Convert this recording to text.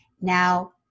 Now